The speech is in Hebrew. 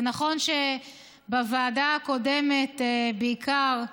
זה נכון שבוועדה הקודמת, בעיקר,